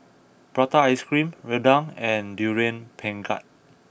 Prata Ice Cream Rendang and Durian Pengat